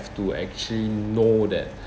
to actually know that